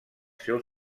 seu